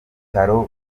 bitaro